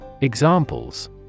Examples